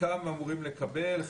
חלקם אמורים לקבל,